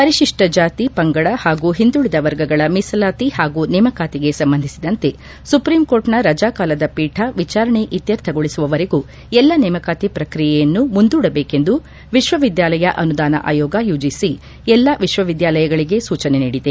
ಪರಿಶಿಪ್ಪ ಜಾತಿ ಪಂಗಡ ಹಾಗೂ ಹಿಂದುಳಿದ ವರ್ಗಗಳ ಮೀಸಲಾತಿ ಹಾಗೂ ನೇಮಕಾತಿಗೆ ಸಂಬಂಧಿಸಿದಂತೆ ಸುಪ್ರೀಂ ಕೋರ್ಟ್ನ ರಜಾ ಕಾಲದ ಪೀಠ ವಿಚಾರಣೆ ಇತ್ತರ್ಥಗೊಳಸುವವರೆಗೂ ಎಲ್ಲ ನೇಮಕಾತಿ ಪ್ರಕ್ರಿಯೆಯನ್ನು ಮುಂದೂಡಬೇಕೆಂದು ವಿಶ್ವವಿದ್ದಾಲಯ ಅನುದಾನ ಆಯೋಗ ಯುಜು ಎಲ್ಲ ವಿಶ್ವವಿದ್ದಾಲಯಗಳಿಗೆ ಸೂಚನೆ ನೀಡಿದೆ